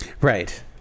Right